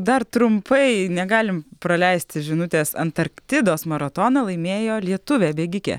dar trumpai negalim praleisti žinutės antarktidos maratoną laimėjo lietuvė bėgikė